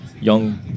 young